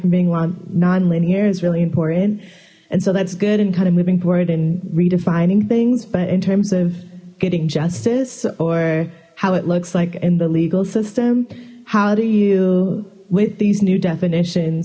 from being one nonlinear is really important and so that's good and kind of moving forward and redefining things but in terms of getting justice or how it looks like in the legal system how do you with these new definition